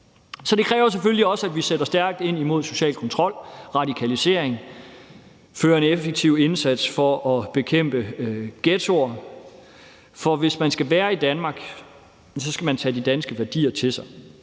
Så det kræver selvfølgelig også, at vi sætter stærkt ind imod social kontrol og radikalisering og fører en effektiv indsats for at bekæmpe ghettoer. For hvis man skal være i Danmark, skal man tage de danske værdier til sig.